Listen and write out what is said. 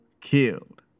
killed